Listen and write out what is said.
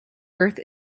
earth